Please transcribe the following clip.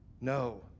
No